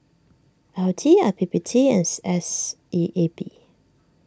L T I P P T and C S E A B